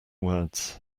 words